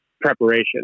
preparation